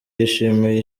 yishimiye